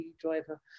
driver